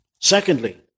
Secondly